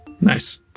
Nice